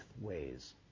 ways